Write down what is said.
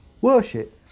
worship